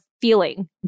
feeling